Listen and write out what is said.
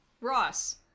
Ross